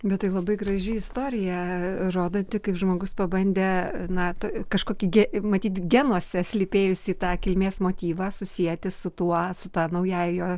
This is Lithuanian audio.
bet tai labai graži istorija rodanti kaip žmogus pabandė na to kažkokį gi matyt genuose slypėjusį tą kilmės motyvą susieti su tuo su ta naująja